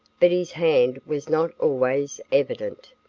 but his hand was not always evident.